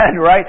right